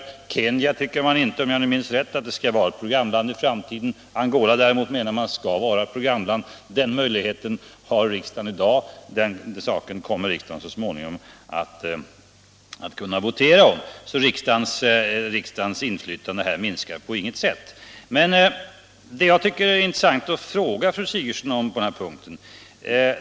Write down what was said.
Om jag minns rätt tycker man inte att Kenya skall vara ett programland i framtiden, medan man däremot anser att Angola skall vara det. Den saken kommer riksdagen så småningom att kunna votera om. Budgetpropositionens skrivningar innebär inte på något sätt att riksdagens inflytande minskar.